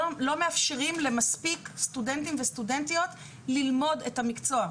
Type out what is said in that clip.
לא מאפשרים למספיק סטודנטים וסטודנטיות ללמוד את המקצוע.